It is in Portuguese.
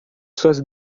suas